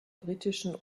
britischen